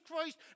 Christ